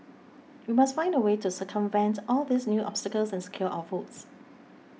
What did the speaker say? we must find a way to circumvent all these new obstacles and secure our votes